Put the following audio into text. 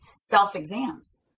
self-exams